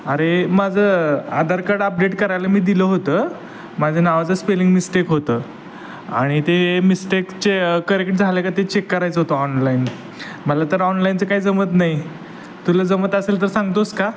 अरे माझं Aadhaar card update करायला मी दिलं होतं माझं नावाचं स्पेलिंग मिस्टेक होतं आणि ते मिस्टेकचे करेक्ट झालं का ते चेक करायचं होतं ऑनलाईन मला तर ऑनलाईनचं काय जमत नाही तुला जमत असेल तर सांगतो आहेस का